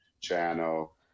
channel